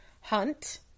hunt